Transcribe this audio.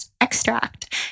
extract